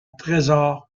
trésor